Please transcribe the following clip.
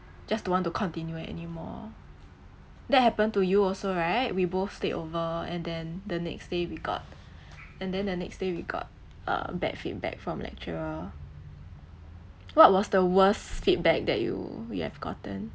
just don't want to continue anymore that happened to you also right we both stayed over and then the next day we got and then the next day we got uh bad feedback from lecturer what was the worst feedback that you you've gotten